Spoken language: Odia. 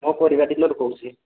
ମୁଁ ପରିବା ଡିଲର୍ କହୁଛି